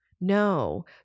No